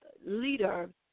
Leader